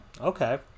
Okay